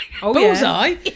Bullseye